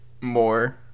more